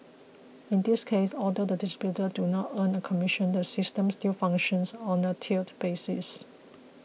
in this case although the distributors do not earn a commission the system still functions on a tiered basis